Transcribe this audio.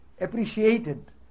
appreciated